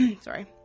sorry